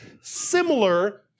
similar